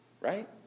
right